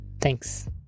Thanks